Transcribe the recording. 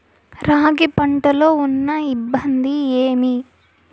రాగి పంటలో ఉన్న ఇబ్బంది ఏమి?